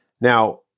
now